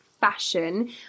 fashion